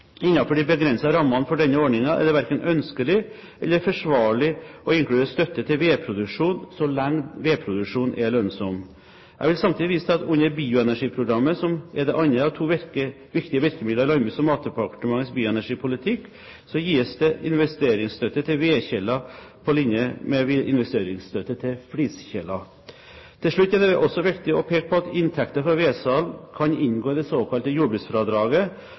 de begrensede rammene for denne ordningen er det verken ønskelig eller forsvarlig å inkludere støtte til vedproduksjon så lenge vedproduksjonen er lønnsom. Jeg vil samtidig vise til at under Bioenergiprogrammet, som er det andre av to viktige virkemidler i Landbruks- og matdepartementets bioenergipolitikk, gis det investeringsstøtte til vedkjeler på linje med investeringsstøtte til fliskjeler. Til slutt er det også viktig å peke på at inntekter fra vedsalg kan inngå i det såkalte jordbruksfradraget.